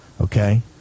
Okay